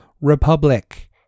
republic